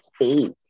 eight